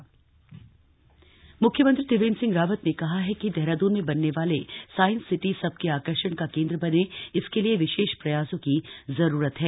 समझौता ज्ञापन मुख्यमंत्री त्रिवेन्द्र सिंह रावत ने कहा है कि देहराद्रन में बनने वाले साइंस सिटी सबके आकर्षण का केन्द्र बने इसके लिए विशेष प्रयासों की जरूरत है